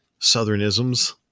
southernisms